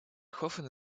hoffen